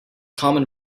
common